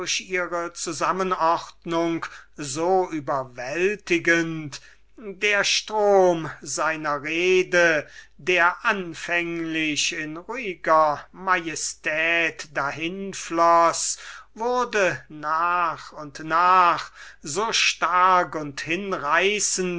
ihre zusammenordnung so viel licht der strom seiner rede der anfänglich in ruhiger majestät dahinfloß wurde nach und nach so stark und hinreißend